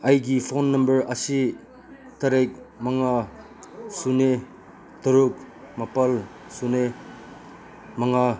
ꯑꯩꯒꯤ phone number ꯑꯁꯤ ꯇꯔꯦꯠ ꯃꯉꯥ ꯁꯤꯅꯣ ꯇꯔꯨꯛ ꯃꯥꯄꯜ ꯁꯤꯅꯣ ꯃꯉꯥ